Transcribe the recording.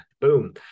Boom